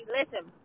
Listen